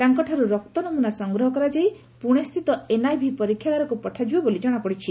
ତାଙ୍କ ଠାରୁ ରକ୍ତନମୁନା ସଂଗ୍ରହ କରାଯାଇ ପୁଣେସ୍ସିତ ଏନଆଇଭି ପରୀକ୍ଷାଗାରକୁ ପଠାଯିବ ବୋଲି ଜଶାପଡିଛି